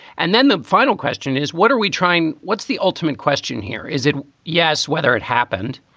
and then the final question is, what are we trying? what's the ultimate question here? is it. yes. whether it happened,